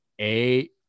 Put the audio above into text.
A-